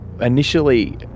Initially